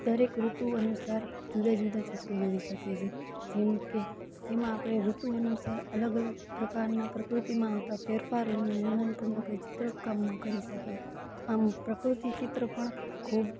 દરેક ઋતુ અનુસાર જુદા જુદા ચિત્રો દોરી શકીએ છીએ જેમ કે તેમાં આપણે ઋતુ અનુસાર અલગ અલગ પ્રકારના પ્રકૃતિમાં આવતા ફેરફારોનું વર્ણન પણ આપણે ચિત્ર કલામાં કરી શકીએ આમ પ્રકૃતિ ચિત્ર પણ ખૂબ